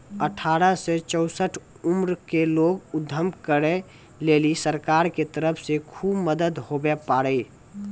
अठारह से चौसठ उमर के लोग उद्यम करै लेली सरकार के तरफ से खुब मदद हुवै पारै